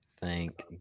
Thank